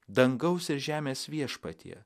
dangaus ir žemės viešpatie